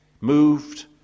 moved